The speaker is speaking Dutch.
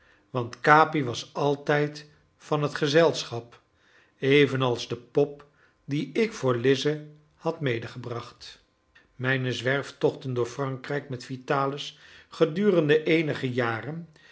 want capi was altijd van het gezelschap evenals de pop die ik voor lize had medegebracht mijne zwerftochten door frankrijk met vitalis gedurende eenige jaren